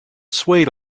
swayed